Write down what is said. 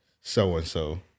so-and-so